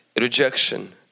Rejection